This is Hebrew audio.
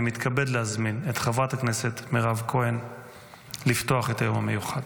אני מתכבד להזמין את חברת הכנסת מירב כהן לפתוח את היום המיוחד.